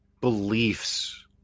beliefs